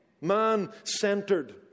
man-centered